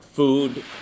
food